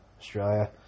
Australia